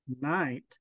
night